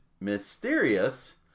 mysterious